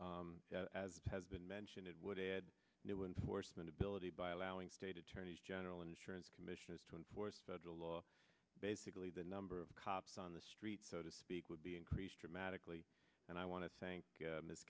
as has been mentioned it would add new enforcement ability by allowing state attorneys general insurance commissioners to enforce federal law basically the number of cops on the street so to speak would be increased dramatically and i want to thank